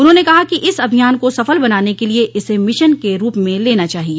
उन्होंने कहा कि इस अभियान को सफल बनाने के लिए इसे मिशन के रूप में लेना चाहिए